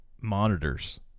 monitors